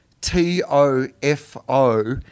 T-O-F-O